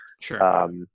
Sure